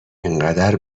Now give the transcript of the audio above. انقدر